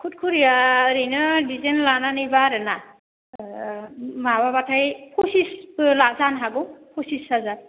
खुरखुरिया ओरैनो डिजेन लानानैबा आरो ना ओह माबाबाथाय फचिसबो जानो हागौ फचिस हाजार